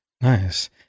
Nice